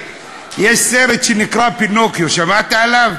יש סרט שנקרא "פינוקיו" שמעת עליו?